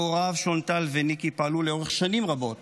והוריו שונטל וניקי פעלו לאורך שנים רבות